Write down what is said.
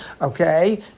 okay